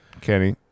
Kenny